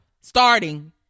Starting